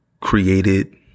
created